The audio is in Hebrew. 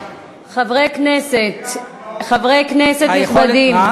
חברי כנסת נכבדים,